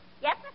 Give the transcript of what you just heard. Yes